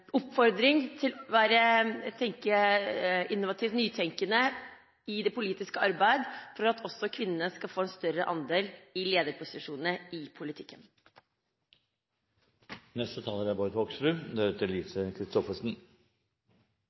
oppfordring til å være innovative og nytenkende i det politiske arbeid, slik at også kvinnene skal få en større andel i lederposisjoner i politikken.